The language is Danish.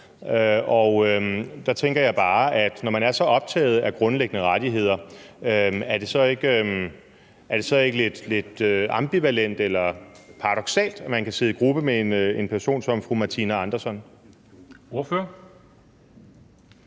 og der tænker jeg bare, om det ikke, når man er så optaget af grundlæggende rettigheder, er lidt ambivalent eller paradoksalt, at man kan sidde i gruppe med en person som fru Martina Anderson. Kl.